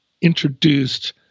introduced